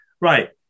right